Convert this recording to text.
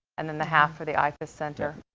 and then the half for the ifa center.